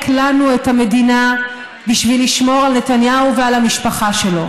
לנו את המדינה בשביל לשמור על נתניהו ועל המשפחה שלו.